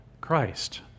Christ